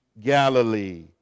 Galilee